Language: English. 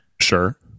Sure